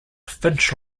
finch